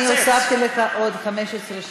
אתה רוצה מדינה פלסטינית?